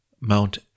Mount